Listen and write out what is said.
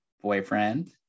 boyfriend